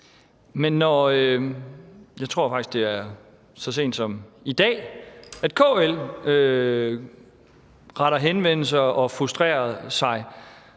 Jeg tror, at det faktisk er så sent som i dag, at KL retter henvendelse og er frustreret,